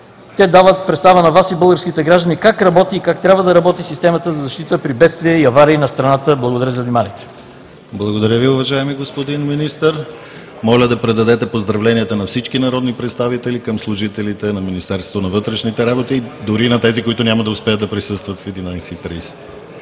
те дават представа на Вас и българските граждани как работи и как трябва да работи системата за защита при бедствия и аварии на страната. Благодаря за вниманието. ПРЕДСЕДАТЕЛ ДИМИТЪР ГЛАВЧЕВ: Благодаря Ви, уважаеми господин Министър. Моля да предадете поздравленията на всички народни представители към служителите на Министерството на вътрешните работи, дори на тези, които няма да успеят да присъстват в 11,30